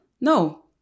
No